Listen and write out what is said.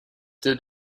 did